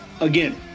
Again